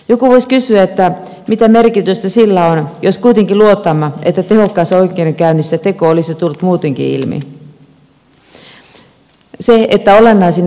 joku voisi kysyä mitä merkitystä sillä on jos kuitenkin luotamme että tehokkaassa oikeudenkäynnissä teko olisi tullut muutenkin ilmi